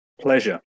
Pleasure